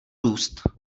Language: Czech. růst